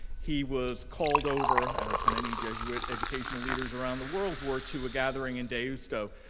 he was called over, as many jesuit educational leaders around the world were, to a gathering in deusto,